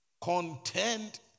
Content